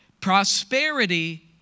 Prosperity